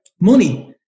money